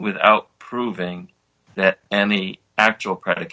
without proving that any actual predi